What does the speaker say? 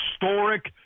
historic